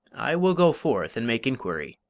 i will go forth and make inquiry,